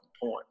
point